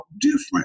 different